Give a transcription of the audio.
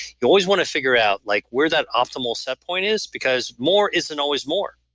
you always want to figure out like where that optimal setpoint is, because more isn't always more,